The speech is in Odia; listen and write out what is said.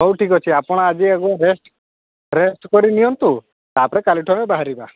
ହେଉ ଠିକ୍ ଅଛି ଆପଣ ଆଜି ଆଗ ରେଷ୍ଟ୍ ରେଷ୍ଟ୍ କରିନିଅନ୍ତୁ ତା'ପରେ କାଲିଠୁ ଆମେ ବାହାରିବା